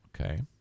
Okay